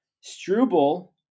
Struble